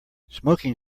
smoking